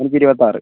എനിക്ക് ഇരുപത്താറ്